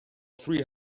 three